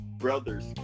brother's